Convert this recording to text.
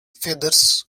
feathers